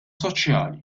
soċjali